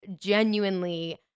genuinely